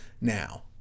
now